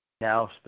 now